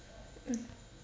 ugh